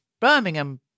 Birmingham